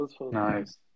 nice